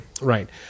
Right